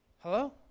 Hello